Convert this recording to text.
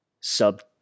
sub